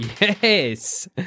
Yes